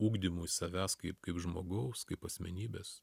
ugdymui savęs kaip kaip žmogaus kaip asmenybės